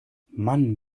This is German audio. mann